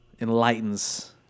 enlightens